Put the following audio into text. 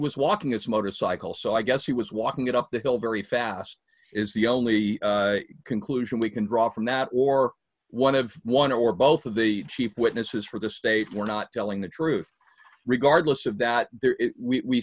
was walking his motorcycle so i guess he was walking it up the hill very fast is the only conclusion we can draw from that war one of one or both of the chief witnesses for the state for not telling the truth regardless of that